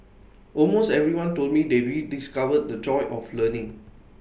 almost everyone told me they rediscovered the joy of learning